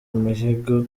mihigo